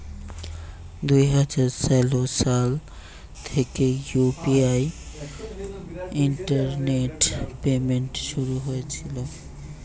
দুই হাজার ষোলো সাল থেকে ইউ.পি.আই ইন্টারনেট পেমেন্ট শুরু হয়েছিল